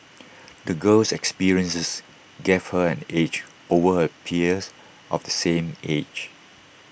the girl's experiences gave her an edge over her peers of the same age